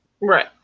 Right